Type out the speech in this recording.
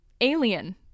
alien